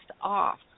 off